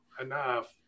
enough